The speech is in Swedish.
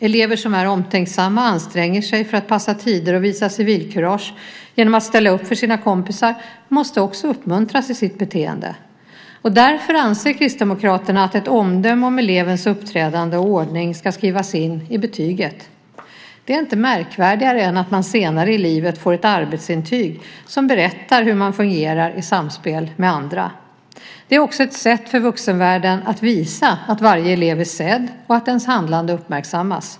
Elever som är omtänksamma och anstränger sig för att passa tider och visa civilkurage genom att ställa upp för sina kompisar måste också uppmuntras i sitt beteende. Därför anser Kristdemokraterna att ett omdöme om elevens uppträdande och ordning ska skrivas in i betyget. Det är inte märkvärdigare än att man senare i livet får ett arbetsintyg som berättar hur man fungerar i samspel med andra. Det är också ett sätt för vuxenvärlden att visa att varje elev är sedd och att ens handlande uppmärksammas.